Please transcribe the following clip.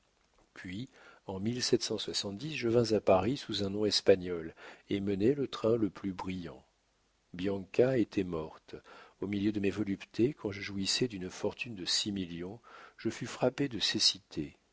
puis en je vins à paris sous un nom espagnol et menai le train le plus brillant bianca était morte au milieu de mes voluptés quand je jouissais d'une fortune de six millions je fus frappé de cécité